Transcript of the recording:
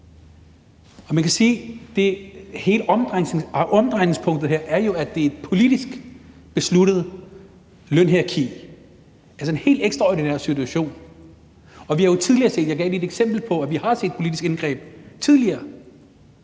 Man kan sige, at hele omdrejningspunktet her er, at det er et politisk besluttet lønhierarki, altså en helt ekstraordinær situation. Jeg gav lige et eksempel på, at vi har set politiske indgreb tidligere,